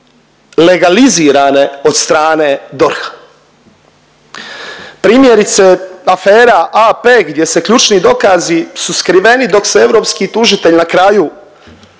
legalizirane od strane DORH-a. Primjerice afera AP gdje se ključni dokazi su skriveni, dok se europski tužitelj na kraju